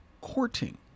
courting